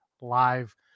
live